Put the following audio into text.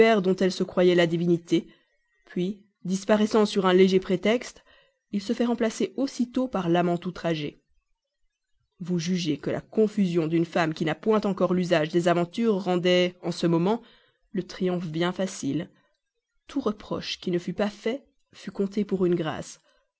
dont elle se croyait la divinité puis disparaissant sur un léger prétexte il se fait remplacer aussitôt par l'amant outragé vous jugez que la confusion d'une femme qui n'a point encore l'usage des aventures rendait en ce moment le triomphe bien facile tout reproche qui ne fut pas fait fut compté pour une grâce